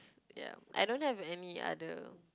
ya I don't have any other